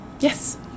yes